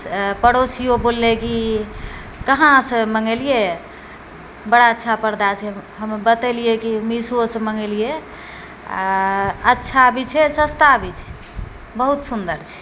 पड़ोसिओ बोललै कि कहाँसँ मँगेलिए बड़ा अच्छा परदा छै हम बतेलिए कि मीसोसँ मँगेलिए आओर अच्छा भी छै सस्ता भी छै बहुत सुन्दर छै